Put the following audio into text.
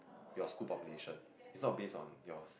your school population is not based on yours